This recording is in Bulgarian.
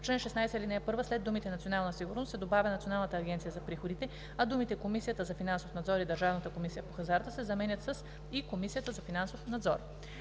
чл. 16, ал. 1 след думите „Национална сигурност“ се добавя „Националната агенция за приходите“, а думите „Комисията за финансов надзор и Държавната комисия по хазарта“ се заменят с „и Комисията за финансов надзор“.“